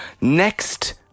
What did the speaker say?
next